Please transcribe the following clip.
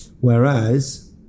Whereas